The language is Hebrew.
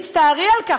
תצטערי על כך",